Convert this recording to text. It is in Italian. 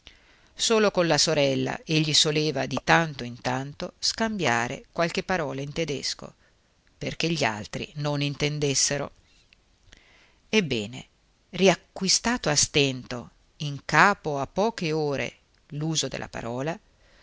solo con la sorella egli soleva di tanto in tanto scambiare qualche parola in tedesco perché gli altri non intendessero ebbene riacquistato a stento in capo a poche ore l'uso della parola